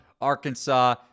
Arkansas